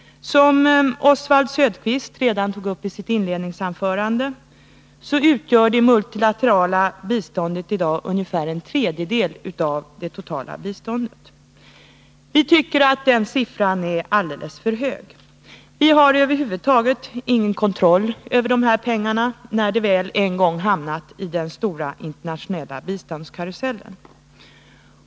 Som Oswald Söderqvist redan framhållit i sitt inledningsanförande utgör det multilaterala biståndet i dag ungefär en tredjedel av det totala biståndet. Vi tycker att den siffran är alldeles för hög. Vi har över huvud taget ingen kontroll över dessa pengar när de en gång väl hamnat i den stora internationella biståndskarusellen.